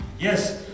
Yes